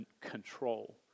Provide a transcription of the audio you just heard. control